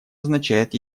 означает